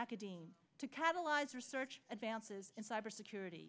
academia to catalyze research advances in cybersecurity